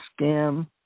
scam